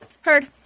Heard